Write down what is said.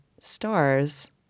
stars